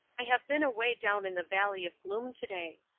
i have been away down in the valley of gloom to-day.